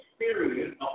experience